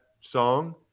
song